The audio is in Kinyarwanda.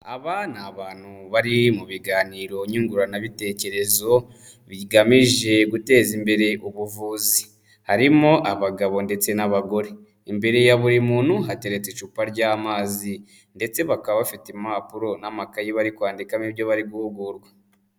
Aba ni abantu bari mu biganiro nyunguranabitekerezo bigamije guteza imbere ubuvuzi harimo abagabo ndetse n'abagore, imbere ya buri muntu hateretse icupa ry'amazi ndetse bakaba bafite impapuro n'amakayi bari kwandikamo ibyo bari guhugurwa.